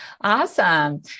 Awesome